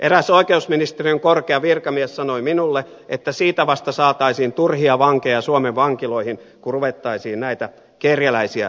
eräs oikeusministeriön korkea virkamies sanoi minulle että siitä vasta saataisiin turhia vankeja suomen vankiloihin kun ruvettaisiin näitä kerjäläisiä rankaisemaan